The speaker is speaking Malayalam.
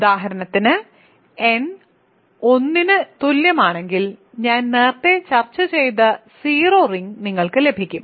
ഉദാഹരണത്തിന് n 1 ന് തുല്യമാണെങ്കിൽ ഞാൻ നേരത്തെ ചർച്ച ചെയ്ത 0 റിംഗ് നിങ്ങൾക്ക് ലഭിക്കും